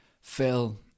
Phil